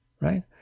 right